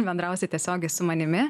bendrausit tiesiogiai su manimi